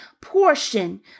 portion